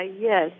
Yes